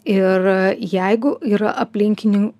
ir jeigu yra aplinkinių